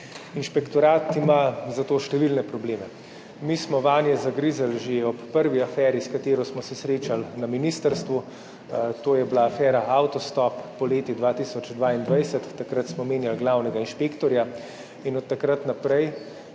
Inšpektorat ima za to številne probleme. Mi smo vanje zagrizli že ob prvi aferi, s katero smo se srečali na ministrstvu, to je bila afera Avtostop, poleti 2022. Takrat smo menjali glavnega inšpektorja in od takrat naprej